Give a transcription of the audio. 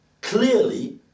clearly